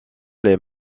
les